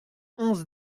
onze